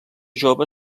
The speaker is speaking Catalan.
jove